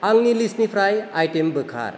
आंनि लिस्टनिफ्राय आइटेम बोखार